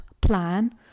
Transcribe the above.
plan